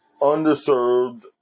underserved